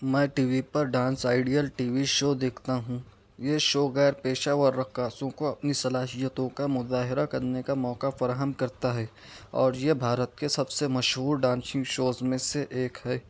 میں TV پر dance ideal TV show دیکھتا ہوں یہ شو غیر پیشہ ور رقاصوں کو اپنی صلاحیتںو ں کا مظاہرہ کرنے کا موقع فراہم کرتا ہے اور یہ بھارت کے سب سے مشہور ڈانسنگ شوز میں سے ایک ہے